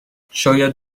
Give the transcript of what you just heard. شاید